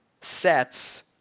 sets